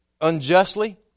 unjustly